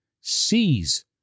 sees